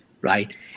right